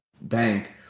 Bank